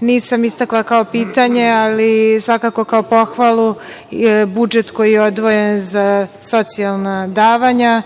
Nisam istakla kao pitanje, ali svakako kao pohvalu budžet koji je odvojen za socijalna davanja.